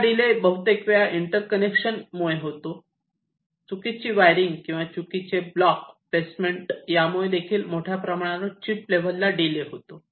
हा डिले बहुतेक वेळा इंटर्कनेक्शन मुळे होतो चुकीची वायरिंग किंवा चुकीचे ब्लॉक प्लेसमेंट यामुळे देखील मोठ्या प्रमाणावर चीप लेवल ला डिले होतो